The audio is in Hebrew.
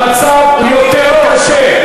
המצב הוא יותר קשה,